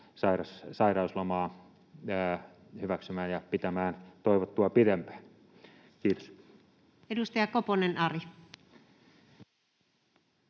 sairauslomaa hyväksymään ja pitämään toivottua pidempään? — Kiitos. Edustaja Koponen, Ari.